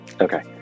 Okay